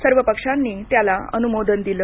सर्व पक्षांनी त्याला अनुमोदन दिलं